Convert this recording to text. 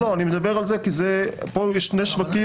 אני מדבר על זה כי פה יש שני שלבים.